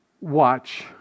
watch